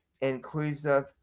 inclusive